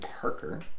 Parker